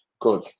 Good